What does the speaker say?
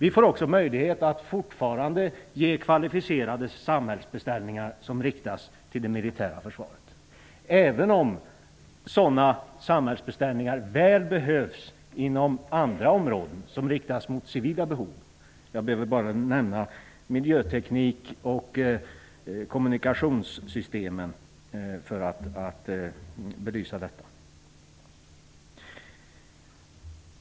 Vi får också möjlighet att fortsätta att ge kvalificerade samhällsbeställningar som riktas till det militära försvaret. Sådana samhällsbeställningar behövs även inom andra områden som inriktas på civila behov. För att belysa detta behöver jag bara nämna miljöteknik och kommunikatiossystem.